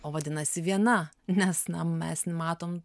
o vadinasi viena nes na mes matom